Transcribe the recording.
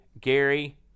Gary